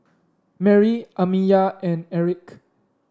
Merri Amiya and Erik